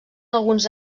alguns